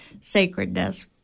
sacredness